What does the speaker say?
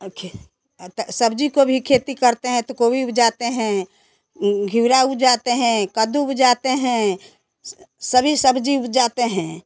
okay सब्ज़ी को भी खेती करते है तो कोभी उपजाते है गिरवा उपजाते हैं कद्दू उपजाते हैं सभी सब्ज़ी उपजाते है